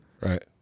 Right